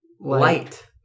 light